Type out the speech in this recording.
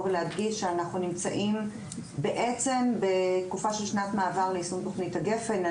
ולהדגיש שאנחנו נמצאים בתקופה של שנת מעבר ליישום תכנית הגפ"ן.